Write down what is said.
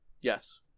Yes